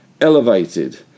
elevated